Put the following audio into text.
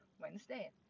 Wednesday